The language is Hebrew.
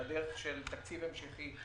בדרך של תקציב המשכי,